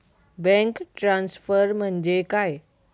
Bank transfer म्हणजे काय?